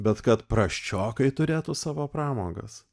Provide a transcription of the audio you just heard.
bet kad prasčiokai turėtų savo pramogas